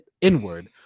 inward